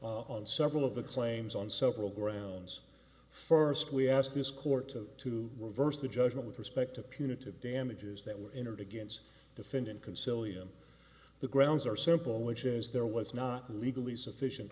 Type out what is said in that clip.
court on several of the claims on several grounds first we asked this court to to reverse the judgment with respect to punitive damages that were entered against defendant conciliation the grounds are simple which is there was not legally sufficient